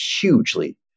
hugely